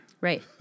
Right